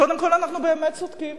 קודם כול, אנחנו באמת צודקים.